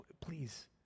please